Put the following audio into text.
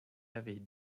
avait